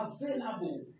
available